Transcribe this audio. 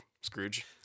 Scrooge